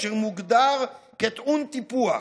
אשר מוגדר טעון טיפוח.